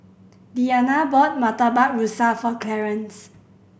Deanna bought Murtabak Rusa for Clarnce